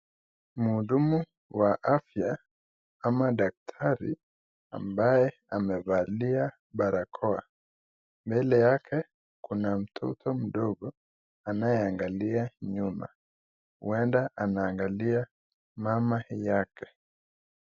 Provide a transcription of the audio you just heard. Mhudumu wa afya ama daktari ambaye amevalia barakoa. Mbele yake kuna mtoto mdogo, anayangalia nyuma. Huenda anaangalia mama yake.